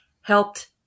helped